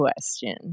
question